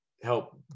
help